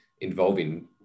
involving